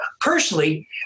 personally